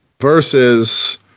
Versus